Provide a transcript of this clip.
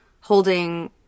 holding